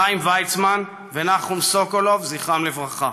חיים ויצמן ונחום סוקולוב, זכרם לברכה.